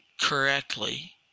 correctly